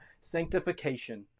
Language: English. Sanctification